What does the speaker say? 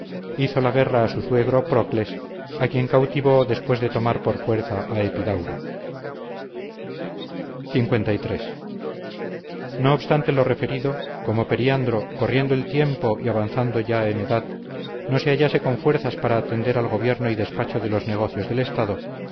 hizo la guerra a su suegro procles a quien cautivó después de tomar por fuerza a epidauro liii no obstante lo referido como periandro corriendo el tiempo y avanzando ya en edad no se hallase con fuerzas para atender al gobierno y despacho de los negocios del estado